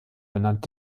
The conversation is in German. benannt